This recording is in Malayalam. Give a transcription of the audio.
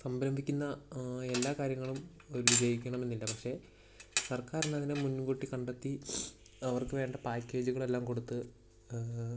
സംരംഭിക്കുന്ന ആ എല്ലാ കാര്യങ്ങളും ഒരു വിജയിക്കണമെന്നില്ല പക്ഷെ സർക്കാരിന് അതിനെ മുൻകൂട്ടി കണ്ടെത്തി അവർക്കു വേണ്ട പേയ്ക്കേജുകൾ എല്ലാം കൊടുത്ത്